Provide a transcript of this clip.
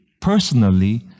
personally